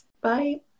bye